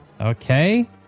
okay